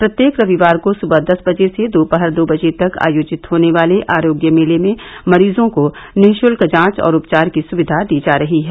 प्रत्येक रविवार को सबह दस बजे से दोषहर दो बजे तक आयोजित होने वाले आयोग्य मेले में मरीजों को निश्चल्क जांच और उपचार की सुविधा दी जा रही है